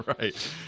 Right